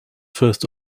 first